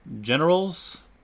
generals